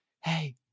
hey